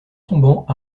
tombant